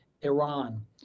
Iran